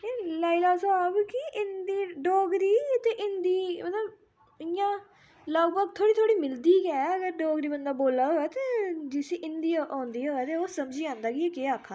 ते लाई लैओ साहब की डोगरी ते हिन्दी इ'यां लगभग थोह्ड़ी थोह्ड़ी मिलदी गै अगर डोगरी बंदा बोल्ला दा होऐ ते जिसी हिन्दी औंदी होऐ ते ओह् समझी जंदा कि केह् आक्खा दा